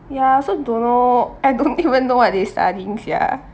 ya I also don't know I don't even know what they studying sia